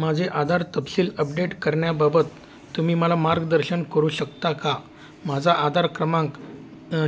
माझे आधार तपशील अपडेट करण्याबाबत तुम्ही मला मार्गदर्शन करू शकता का माझा आधार क्रमांक